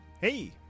Hey